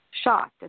shocked